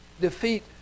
defeat